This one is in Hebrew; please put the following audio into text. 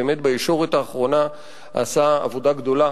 שבאמת בישורת האחרונה עשה עבודה גדולה